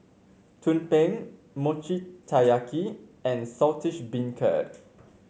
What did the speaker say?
tumpeng Mochi Taiyaki and Saltish Beancurd